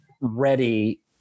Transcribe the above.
ready